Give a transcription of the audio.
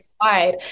wide